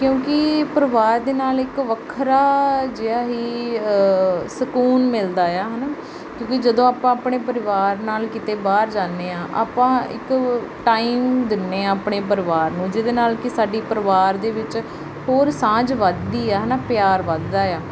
ਕਿਉਂਕਿ ਪਰਿਵਾਰ ਦੇ ਨਾਲ ਇੱਕ ਵੱਖਰਾ ਜਿਹਾ ਹੀ ਸਕੂਨ ਮਿਲਦਾ ਆ ਹੈ ਨਾ ਕਿਉਂਕਿ ਜਦੋਂ ਆਪਾਂ ਆਪਣੇ ਪਰਿਵਾਰ ਨਾਲ ਕਿਤੇ ਬਾਹਰ ਜਾਂਦੇ ਹਾਂ ਆਪਾਂ ਇੱਕ ਟਾਈਮ ਦਿੰਦੇ ਹਾਂ ਆਪਣੇ ਪਰਿਵਾਰ ਨੂੰ ਜਿਹਦੇ ਨਾਲ ਕਿ ਸਾਡੀ ਪਰਿਵਾਰ ਦੇ ਵਿੱਚ ਹੋਰ ਸਾਂਝ ਵੱਧਦੀ ਆ ਹੈ ਨਾ ਪਿਆਰ ਵੱਧਦਾ ਆ